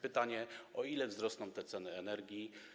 Pytanie: O ile wzrosną ceny energii?